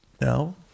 No